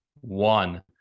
one